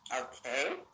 Okay